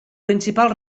principal